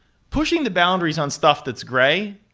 pushing the boundaries on stuff that's gray?